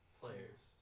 players